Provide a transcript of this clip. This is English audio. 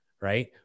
right